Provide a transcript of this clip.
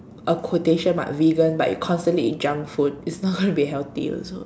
a quotation mark vegan but you constantly eat junk food it's not going to be healthy also